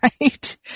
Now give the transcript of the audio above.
right